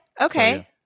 Okay